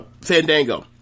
Fandango